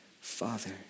Father